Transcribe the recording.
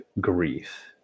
grief